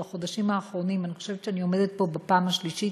אני חושבת שבחודשים האחרונים אני עומדת פה בפעם השלישית,